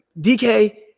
DK